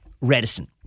reticent